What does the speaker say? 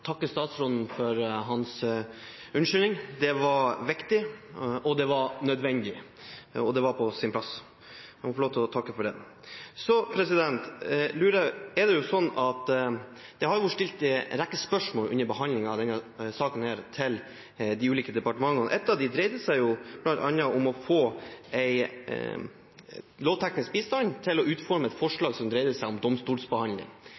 takke statsråden for hans unnskyldning. Den var viktig, den var nødvendig, og den var på sin plass. Jeg må få lov til å takke for det. Det har vært stilt en rekke spørsmål under behandlingen av denne saken til de ulike departementene. Et av dem dreide seg bl.a. om å få lovteknisk bistand til å utforme et forslag som dreide seg om domstolsbehandling.